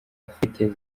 afite